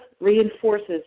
reinforces